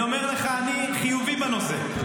אני אומר לך: אני חיובי בנושא.